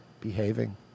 behaving